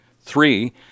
Three